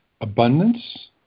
abundance